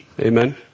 Amen